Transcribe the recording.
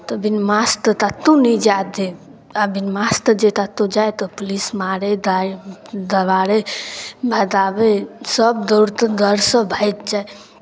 तऽ बिनु मास्तते ततहु नहि जाय दै आ बिनु मास्तते जे ततहु जाय तऽ पुलिस मारै दारि डराबै भगाबै सभ दौड़िते डरसँ भादि जाय